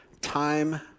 time